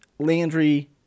Landry